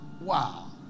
Wow